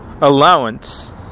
allowance